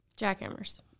jackhammers